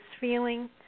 feeling